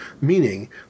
meaning